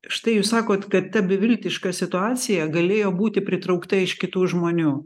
štai jūs sakot kad ta beviltiška situacija galėjo būti pritraukta iš kitų žmonių